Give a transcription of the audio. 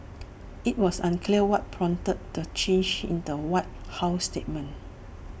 IT was unclear what prompted the change in the white house statement